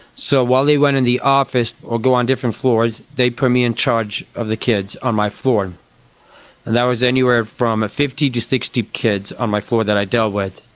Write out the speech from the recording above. so while they went in the office or go on different floors they'd put me in charge of the kids on my floor. and that was anywhere from fifty to sixty kids on my floor that i dealt with.